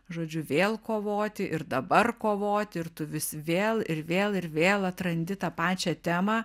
žodžiu vėl kovoti ir dabar kovoti ir tu vis vėl ir vėl ir vėl atrandi tą pačią temą